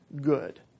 good